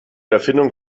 erfindung